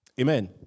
Amen